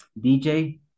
DJ